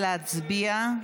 נא להצביע.